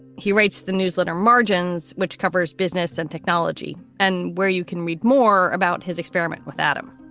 he writes the newsletter margins, which covers business and technology, and where you can read more about his experiment with adam.